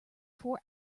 four